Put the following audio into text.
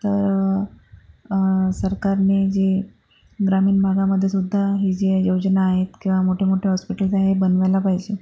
तर सरकारने जे ग्रामीण भागामध्येसुद्धा हे ज्या योजना आहेत किंवा मोठेमोठे हॉस्पिटल्स हे बनवायला पाहिजे